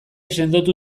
sendotu